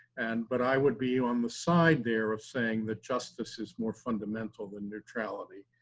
and but i would be on the side there of saying that justice is more fundamental than neutrality,